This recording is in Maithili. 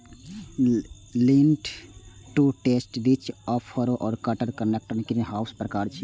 लीन टु डिटैच्ड, रिज आ फरो या गटर कनेक्टेड ग्रीनहाउसक प्रकार छियै